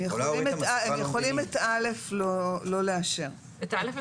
אני מפנה את תשומת הלב להשוואה של זה מול התקנות הכלליות,